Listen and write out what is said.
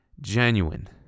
genuine